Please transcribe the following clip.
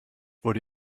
wurde